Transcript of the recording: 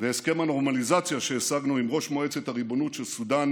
והסכם הנורמליזציה שהשגנו עם ראש מועצת הריבונות של סודן